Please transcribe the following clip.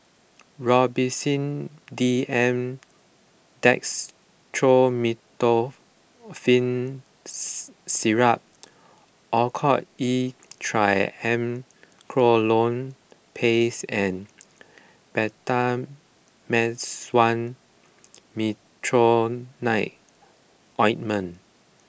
Robitussin D M Dextromethorphan Syrup Oracort E Triamcinolone Paste and Betamethasone Ointment